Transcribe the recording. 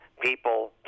People